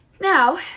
Now